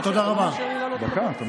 דקה, תמתין.